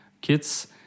kids